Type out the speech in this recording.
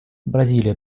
бразилия